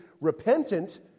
repentant